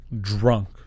drunk